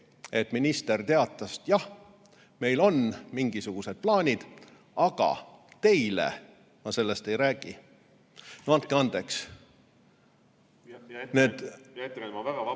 et minister teatas, et jah, meil on mingisugused plaanid, aga teile ma nendest ei räägi. No andke andeks! Hea ettekandja, ma väga vabandan.